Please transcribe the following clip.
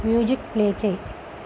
music play చేయి